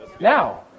Now